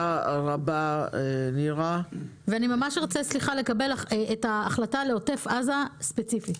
אני אשמח לקבל ספציפית את ההחלטה לעוטף עזה.